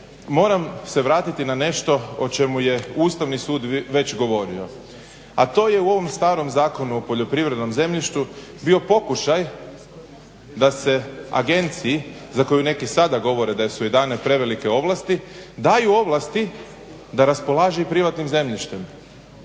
moram se vratiti na nešto o čemu je Ustavni sud već govorio a to je u ovom starom zakonu o poljoprivrednom zemljištu bio pokušaj da se agenciji za koji neki sada govore da su joj dane prevelike ovlasti daju ovlasti da raspolaže privatnim zemljištem.